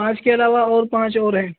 پانچ کے علاوہ اور پانچ اور ہیں